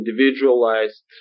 individualized